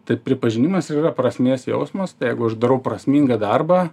tai pripažinimas ir yra prasmės jausmas tai jeigu aš darau prasmingą darbą